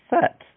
set